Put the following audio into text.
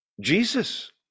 Jesus